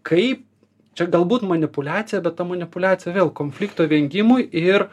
kaip čia galbūt manipuliacija bet ta manipuliacija vėl konflikto vengimui ir